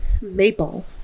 Maple